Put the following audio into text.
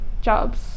jobs